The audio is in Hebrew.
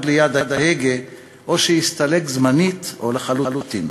ליד ההגה או שיסתלק זמנית או לחלוטין".